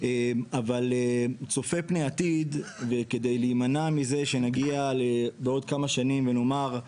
אבל צופה פני עתיד וכדי להימנע מזה שנגיע בעוד כמה שנים ונאמר,